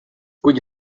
kuigi